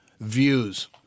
views